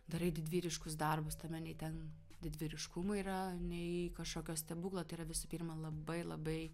darai didvyriškus darbus tame nei ten didvyriškumo yra nei kažkokio stebuklo tai yra visų pirma labai labai